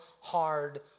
hard